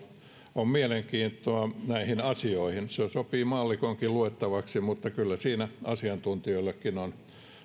on mielenkiintoa näihin asioihin se sopii maallikonkin luettavaksi mutta kyllä siinä asiantuntijoillekin on